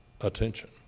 attention